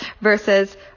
versus